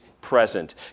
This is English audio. present